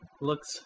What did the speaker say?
Looks